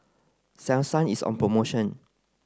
Selsun is on promotion